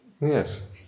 Yes